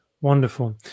Wonderful